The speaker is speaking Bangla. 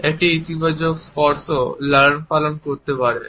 একটি ইতিবাচক স্পর্শ লালন পালন করতে পারে